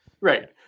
Right